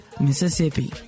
Mississippi